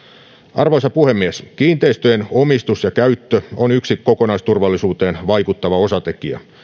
arvoisa puhemies kiinteistöjen omistus ja käyttö on yksi kokonaisturvallisuuteen vaikuttava osatekijä